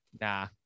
nah